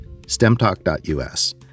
stemtalk.us